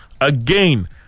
again